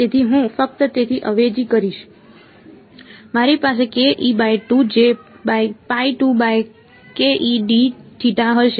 તેથી હું ફક્ત તેથી અવેજી કરીશ મારી પાસે હશે